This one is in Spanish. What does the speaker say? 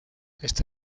está